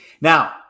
Now